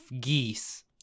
geese